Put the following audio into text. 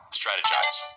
strategize